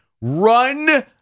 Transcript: Run